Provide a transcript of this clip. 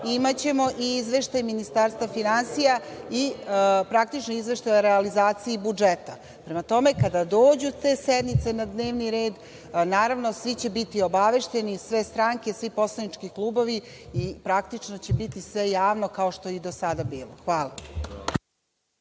imaćemo i izveštaj Ministarstva finansija, i praktično, izveštaj o realizaciji budžeta. Prema tome, kada dođu te sednice na dnevni red, naravno svi će biti obavešteni, sve stranke, svi poslanički klubovi i praktično će sve biti javno kao što je i do sada bilo. Hvala.